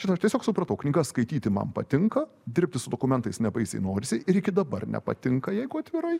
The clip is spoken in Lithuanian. šita aš tiesiog supratau knygas skaityti man patinka dirbti su dokumentais nebaisiai norisi ir iki dabar nepatinka jeigu atvirai